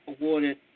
awarded